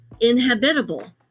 inhabitable